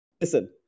listen